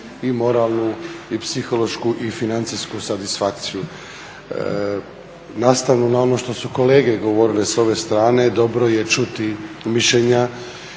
i moralnu i psihološku i financijsku satisfakciju. Nastavno na ono što su kolege govorile sa ove strane dobro je čuti mišljenja